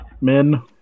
men